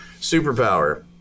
superpower